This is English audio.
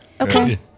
Okay